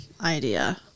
idea